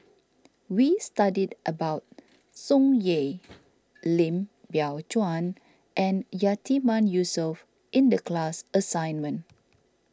we studied about Tsung Yeh Lim Biow Chuan and Yatiman Yusof in the class assignment